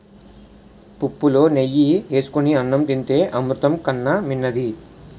పుప్పులో నెయ్యి ఏసుకొని అన్నం తింతే అమృతం కన్నా మిన్నది